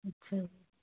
ਅੱਛਾ ਜੀ